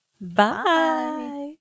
Bye